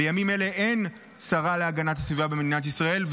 בימים אלה אין שרה להגנת הסביבה במדינת ישראל,